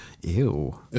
Ew